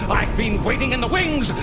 like been waiting in the wings.